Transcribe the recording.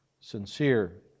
sincere